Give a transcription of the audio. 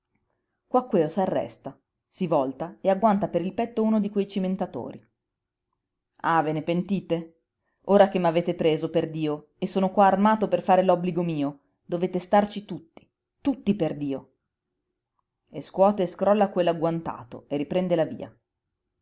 davvero quaquèo s'arresta si volta e agguanta per il petto uno di quei cimentatori ah ve ne pentite ora che m'avete preso perdio e sono qua armato per fare l'obbligo mio dovete starci tutti tutti perdio e scuote e scrolla quell'agguantato e riprende la via